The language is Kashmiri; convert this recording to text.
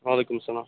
وعلیکُم السلام